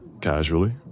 casually